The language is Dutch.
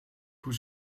hoe